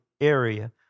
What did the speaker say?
area